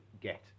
get